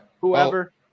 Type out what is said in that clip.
whoever